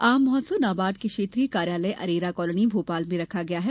आम महोत्सव नाबार्ड के क्षेत्रीय कार्यालय अरेरा कॉलोनी भोपाल में रखा गया है